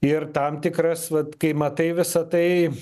ir tam tikras vat kai matai visa tai